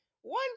one